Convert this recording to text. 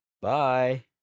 bye